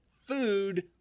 food